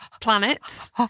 planets